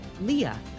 leah